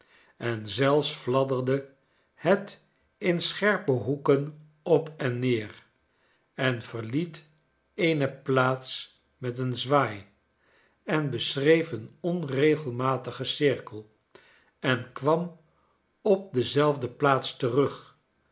en zelfs tladderde het in scherpe hoeken op en neer en verliet eene plaats met een zwaai en beschreef een onregelmatigen cirkel en kwam op dezelfde plaats terug